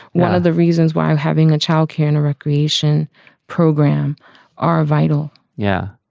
one of the reasons why having a child care and a recreation program are vital yeah,